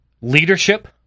leadership